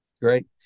Great